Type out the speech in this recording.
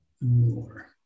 more